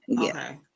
okay